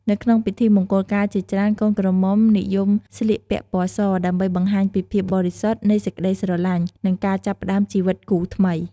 នៅក្នុងពិធីមង្គលការជាច្រើន កូនក្រមុំនិយមស្លៀកពាក់ពណ៌ស ដើម្បីបង្ហាញពីភាពបរិសុទ្ធនៃសេចក្ដីស្រឡាញ់ និងការចាប់ផ្ដើមជីវិតគូថ្មី។